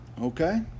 okay